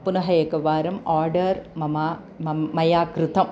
पुनः एकवारम् आर्डर् मम मम मया कृतम्